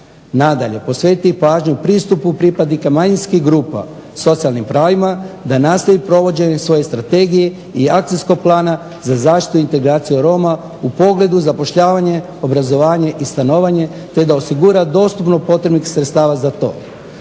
Nadalje, posvetiti pažnju pristupu pripadnika manjinskih grupa socijalnim pravima da nastavi provođenje svoje strategije i akcijskog plana za zaštitu integracije roma u pogledu zapošljavanja, obrazovanja i stanovanja te da osigura dostupnost potrebnih sredstava za to.